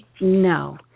no